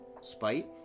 Spite